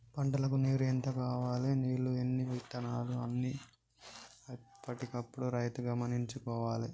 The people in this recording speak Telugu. పంటలకు నీరు ఎంత కావాలె నీళ్లు ఎన్ని వత్తనాయి అన్ని ఎప్పటికప్పుడు రైతు గమనించుకోవాలె